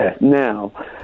Now